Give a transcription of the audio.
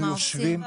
מה עושים?